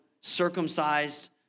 circumcised